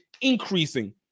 increasing